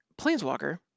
Planeswalker